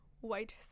white